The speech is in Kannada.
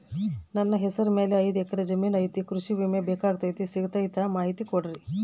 ನನ್ನ ಹೆಸರ ಮ್ಯಾಲೆ ಐದು ಎಕರೆ ಜಮೇನು ಐತಿ ಕೃಷಿ ವಿಮೆ ಬೇಕಾಗೈತಿ ಸಿಗ್ತೈತಾ ಮಾಹಿತಿ ಕೊಡ್ರಿ?